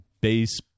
base